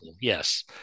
yes